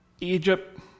Egypt